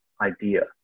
idea